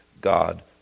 God